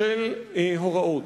של הוראות.